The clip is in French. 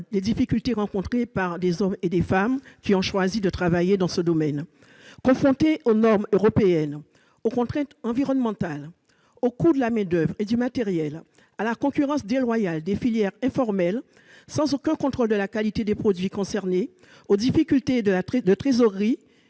des difficultés rencontrées par les hommes et les femmes qui ont choisi de travailler dans ce domaine. Confrontés aux normes européennes, aux contraintes environnementales, aux coûts de la main-d'oeuvre et du matériel, à la concurrence déloyale des filières informelles et à l'absence de contrôle de la qualité des produits concernés, aux difficultés de trésorerie,